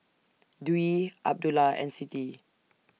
Dwi Abdullah and Siti